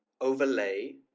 overlay